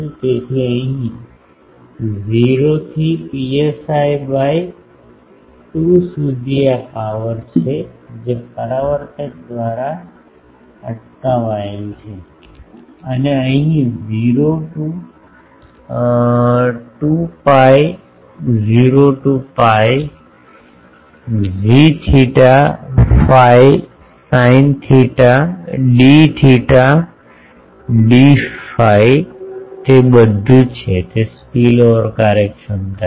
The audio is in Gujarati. તેથી અહીં 0 થી psi બાય 2 સુધી આ પાવર છે જે પરાવર્તક દ્વારા અટકાવાયેલ છે અને અહીં 0 to 2 pi 0 to pi g theta phi sin theta d theta d phi તે બધું છે તે સ્પીલઓવર કાર્યક્ષમતા છે